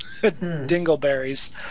dingleberries